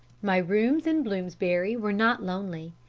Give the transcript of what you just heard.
my rooms in bloomsbury were not lonely.